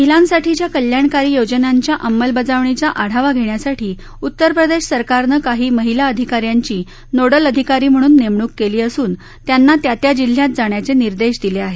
महिलांसाठीच्या कल्याणकारी योजनांच्या अंमलबजावणीचा आढावा घेण्यासाठी उत्तर प्रदेश सरकारनं काही महिला अधिका यांची नोडल अधिकारी म्हणून नेमणूक केली असून त्यांना त्या त्या जिल्ह्यात जाण्याचे निर्देश दिले आहेत